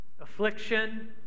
affliction